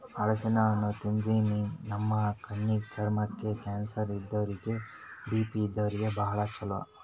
ಹಲಸಿನ್ ಹಣ್ಣ್ ತಿನ್ನಾದ್ರಿನ್ದ ನಮ್ ಕಣ್ಣಿಗ್, ಚರ್ಮಕ್ಕ್, ಕ್ಯಾನ್ಸರ್ ಇದ್ದೋರಿಗ್ ಬಿ.ಪಿ ಇದ್ದೋರಿಗ್ ಭಾಳ್ ಛಲೋ